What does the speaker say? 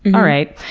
all right,